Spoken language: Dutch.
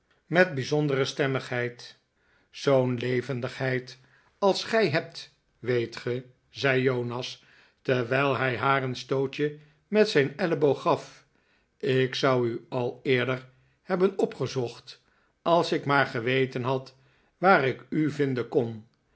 met bijzondere stemmigheid zoo'n levendigheid als gij hebt weet ge zei jonas terwijl hij haar een stootje met zijn elleboog gaf r ik zou u al eerder hebben opgezocht als ik maar geweten had waar ik u vindeh kon